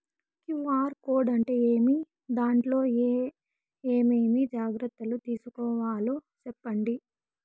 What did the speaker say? QR code అంటే ఏమి? దాంట్లో ఏ ఏమేమి జాగ్రత్తలు తీసుకోవాలో సెప్పండి?